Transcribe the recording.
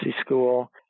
school